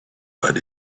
but